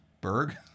Berg